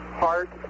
heart